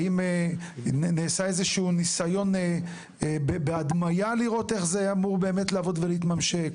האם נעשה איזשהו ניסיון בהדמיה כדי לראות איך זה אמור לעבוד ולהתממשק?